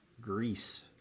Greece